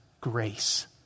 grace